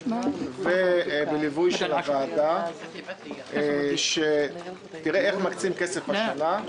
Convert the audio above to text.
ובליווי של הוועדה שתראה איך מקצים כסף השנה.